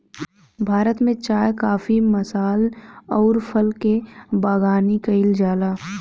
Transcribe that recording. भारत में चाय काफी मसाल अउर फल के बगानी कईल जाला